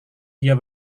dia